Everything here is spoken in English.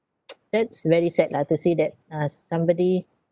that's very sad lah to see that uh somebody